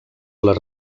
les